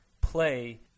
play